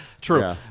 true